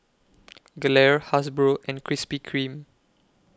Gelare Hasbro and Krispy Kreme